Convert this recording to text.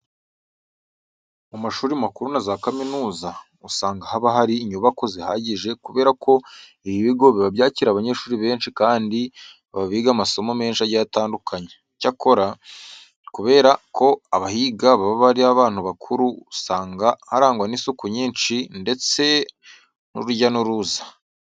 Mu mashuri makuru na za kaminuza, usanga haba hari inyubako zihagije kubera ko ibi bigo biba byakira abanyeshuri benshi kandi baba biga amasomo menshi agiye atandukanye. Icyakora, kubera ko abahiga baba ari abantu bakuru usanga harangwa n'isuku nyinshi ndetse n'urujya n'uruza.